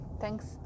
thanks